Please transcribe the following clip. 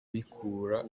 bikura